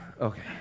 okay